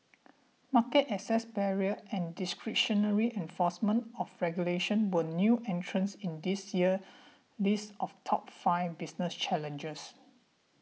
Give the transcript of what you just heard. market access barriers and discretionary enforcement of regulations were new entrants in this year's list of top five business challenges